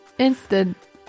instant